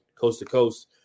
coast-to-coast